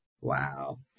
Wow